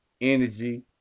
energy